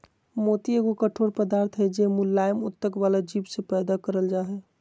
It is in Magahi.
मोती एगो कठोर पदार्थ हय जे मुलायम उत्तक वला जीव से पैदा करल जा हय